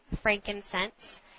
frankincense